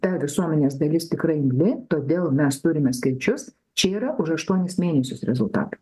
ta visuomenės dalis tikrai imli todėl mes turime skaičius čia yra už aštuonis mėnesius rezultatai